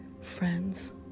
Friends